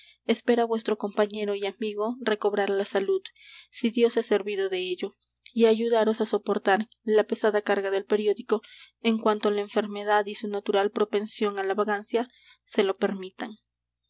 espera vuestro compañero y amigo recobrar la salud si dios es servido de ello y ayudaros á soportar la pesada carga del periódico en cuanto la enfermedad y su natural propensión á la vagancia se lo permitan